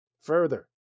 Further